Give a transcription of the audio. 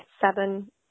seven